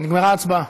נגמרה ההצבעה,